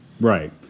Right